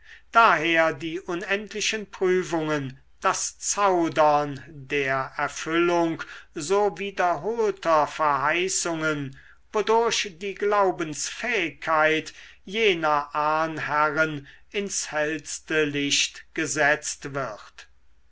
daher die unendlichen prüfungen das zaudern der erfüllung so wiederholter verheißungen wodurch die glaubensfähigkeit jener ahnherren ins hellste licht gesetzt wird